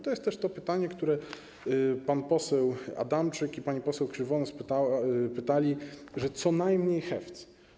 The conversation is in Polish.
To jest też to pytanie, które pan poseł Adamczyk i pani poseł Krzywonos zadali, mówiąc, że co najmniej HEVC.